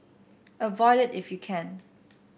avoid it if you can